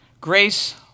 Grace